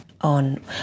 on